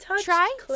try